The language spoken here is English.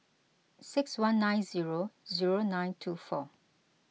six one nine zero zero nine two four